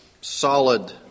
solid